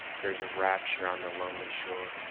there is a rapture on the lonely shore.